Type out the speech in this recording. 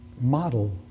model